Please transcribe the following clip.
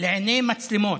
לעיני מצלמות.